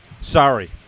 sorry